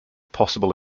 possible